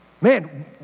Man